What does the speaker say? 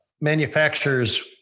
manufacturers